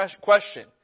question